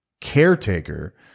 caretaker